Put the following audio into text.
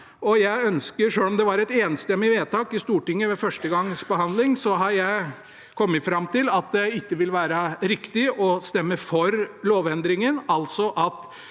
i dag. Selv om det var et enstemmig vedtak i Stortinget ved første gangs behandling, har jeg kommet fram til at det ikke vil være riktig å stemme for lovendringen og